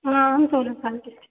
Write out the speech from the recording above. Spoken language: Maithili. हँ हम सोलह साल के छी